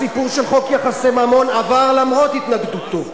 הסיפור של חוק יחסי ממון עבר למרות התנגדותו,